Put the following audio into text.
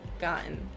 Gotten